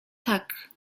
tak